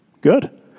Good